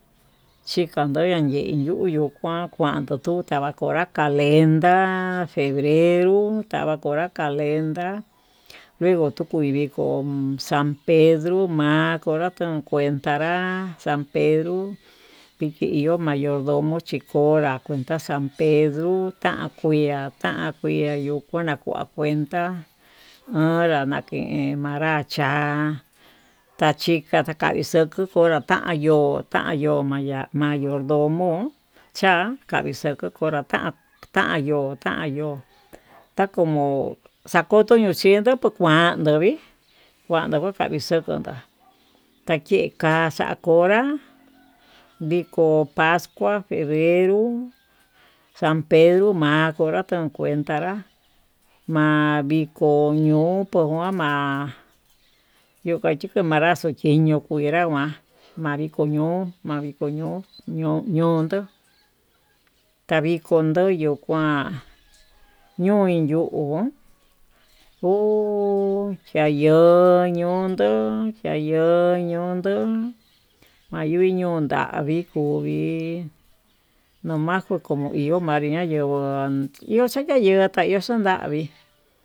Yikando aye yuyu kuan yuu kando tuu kanda kuu konrá calenda febrero konra calenta, luego tuku vikó san pedro ma'a konra takuenta nrá san pedro diki yo'o mayordomo chikonra kuenta san pedró tankuya tankuya yo'ó kuna kua kuneta, anra naken manrá cha'a tachika kaxavi cho'o takuenta xa'a yo kuan ma'a yo mayordomo cha kavixato konrá cha'a, tanyo tanyo takomo akondo nuu chendó kuu kuando vii kuando ko'o kavixon toká takikaxa konrá vko paskua febrero, san pedro ma'a kokanrá tankuenta nrá ma'a viko ño'o kuenta ma'a yuu kachika kanra xo'o viño'o kuinra ma'a ma'a viko ño'o ma'a viko ño'o ñondó taviko ñondo kuán, ñuin yuu kuu chayo'o yondó chaño'o yondó mayuin yon ndavii kuu kui no ajo ño'o yavii yo'o xatanyenguo no ñoo xon ndavii.